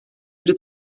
biri